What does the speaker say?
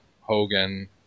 Hogan